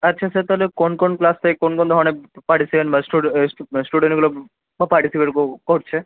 আচ্ছা স্যার তাহলে কোন কোন ক্লাস থেকে কোন কোন ধরনের পার্টিসিপেন্ট বা স্টুডেন্টগুলো পার্টিসিপেট করছে